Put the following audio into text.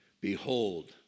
Behold